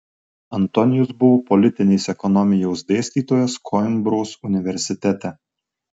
antonijus buvo politinės ekonomijos dėstytojas koimbros universitete